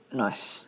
nice